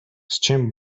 чим